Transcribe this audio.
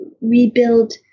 rebuild